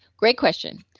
great question.